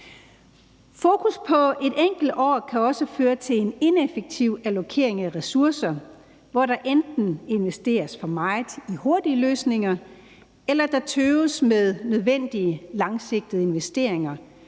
Fokus på et enkelt år kan også føre til en ineffektiv allokering af ressourcer, hvor der enten investeres for meget i hurtige løsninger, eller der tøves med at foretage nødvendige langsigtede investeringer,